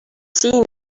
siin